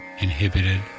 inhibited